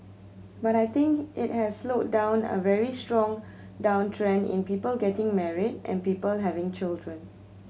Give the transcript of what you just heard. but I think it has slowed down a very strong downtrend in people getting married and people having children